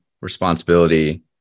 responsibility